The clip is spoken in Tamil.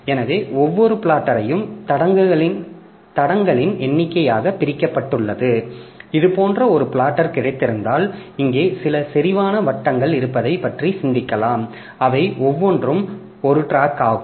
எனவே ஒவ்வொரு பிளாட்டரையும் தடங்களின் எண்ணிக்கையாக பிரிக்கப்பட்டுள்ளது இது போன்ற ஒரு பிளாட்டர் கிடைத்திருந்தால் இங்கே சில செறிவான வட்டங்கள் இருப்பதைப் பற்றி சிந்திக்கலாம் அவை ஒவ்வொன்றும் ஒரு டிராக் ஆகும்